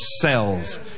cells